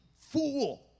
fool